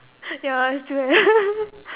ya it's true